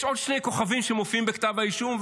יש עוד שני כוכבים שמופיעים בכתב האישום,